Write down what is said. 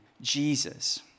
Jesus